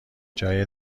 جای